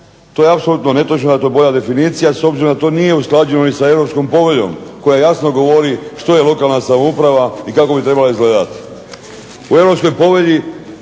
To je apsolutno netočno da je bolja definicija, s obzirom da to nije usklađena sa Europskom poveljom koja jasno govori što je lokalna samouprava i kako bi trebala izgledati. U Europskoj povelji